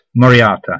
Moriata